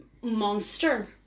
monster